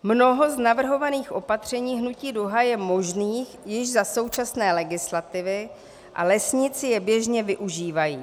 Mnoho z navrhovaných opatření Hnutí Duha je možných již za současné legislativy a lesníci je běžně využívají.